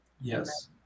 Yes